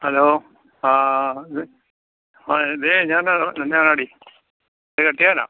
hello ആ ഇത് ആ ഇതേ ഞാനാണ് ഞാനാണെടീ നിന്റെ കെട്ടിയവനാണ്